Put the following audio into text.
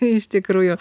iš tikrųjų